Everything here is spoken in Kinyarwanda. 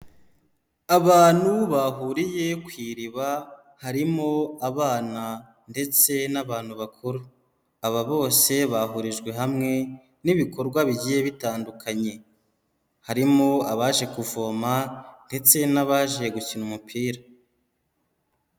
Abantu bahuriye ku iriba, harimo abana ndetse n'abantu bakuru, aba bose bahurijwe hamwe n'ibikorwa bigiye bitandukanye, harimo abaje kuvoma ndetse n'abaje gukina umupira.